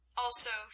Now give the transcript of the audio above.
Also